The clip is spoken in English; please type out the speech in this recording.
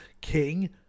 King